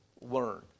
learn